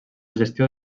gestió